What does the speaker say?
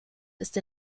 ist